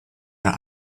der